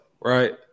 right